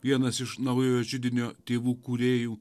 vienas iš naujojo židinio tėvų kūrėjų